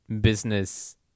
business